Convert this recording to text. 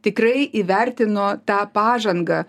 tikrai įvertino tą pažangą